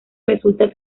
resulta